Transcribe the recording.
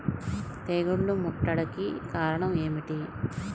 తెగుళ్ల ముట్టడికి కారణం ఏమిటి?